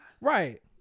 Right